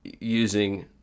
using